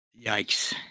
yikes